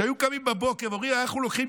שהם היו קמים בבוקר ואומרים: אנחנו לוקחים,